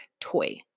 toy